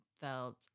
felt